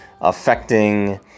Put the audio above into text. affecting